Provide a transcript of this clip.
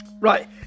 Right